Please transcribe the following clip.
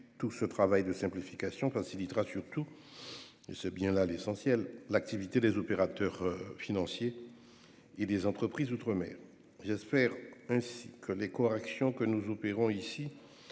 Tout ce travail de simplification facilitera surtout- c'est bien là l'essentiel -l'activité des opérateurs financiers et des entreprises outre-mer. Ainsi, j'espère que les corrections auxquelles nous avons